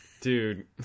Dude